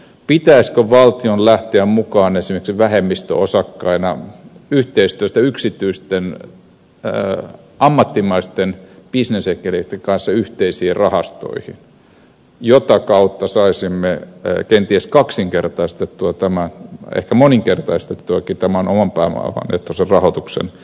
pitäisikö valtion lähteä mukaan esimerkiksi vähemmistöosakkaana yhteistyössä yksityisten ammattimaisten bisnesenkeleitten kanssa yhteisiin rahastoihin mitä kautta saisimme kenties kaksinkertaistettua ehkä moninkertaistettuakin tämän oman pääomaehtoisen rahoituksen